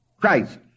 Christ